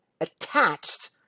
attached